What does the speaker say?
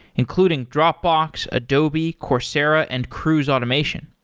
including dropbox, adobe, coursera and cruise automation.